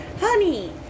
honey